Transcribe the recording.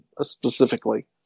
specifically